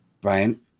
Brian